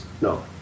no